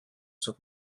soient